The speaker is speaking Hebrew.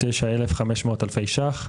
9,500 אלפי שקלים.